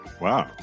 Wow